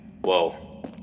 Whoa